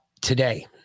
today